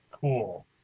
cool